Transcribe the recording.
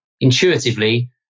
Intuitively